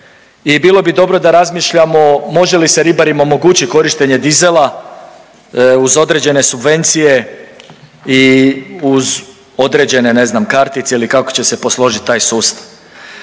i bilo bi dobro da razmišljamo može li se ribarima omogućit korištenje dizela uz određene subvencije i uz određene ne znam kartice ili kako će se posložit taj sustav.